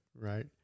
right